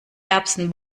erbsen